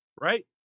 Right